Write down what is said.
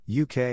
UK